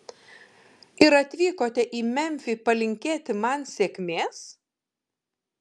ir atvykote į memfį palinkėti man sėkmės